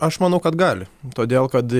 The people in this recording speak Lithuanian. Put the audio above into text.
aš manau kad gali todėl kad